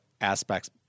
aspects